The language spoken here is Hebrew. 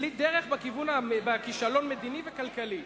בלי דרך, כישלון מדיני וכלכלי.